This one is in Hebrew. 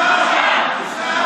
בושה.